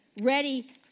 ready